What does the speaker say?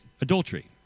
adultery